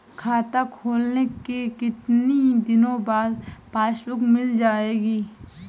खाता खोलने के कितनी दिनो बाद पासबुक मिल जाएगी?